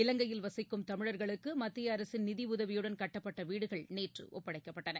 இலங்கையில் வசிக்கும் தமிழர்களுக்குமத்தியஅரசின் நிதிஉதவியுடன் கட்டப்பட்டவீடுகள் நேற்றுஒப்படைக்கப்பட்டன